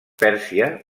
pèrsia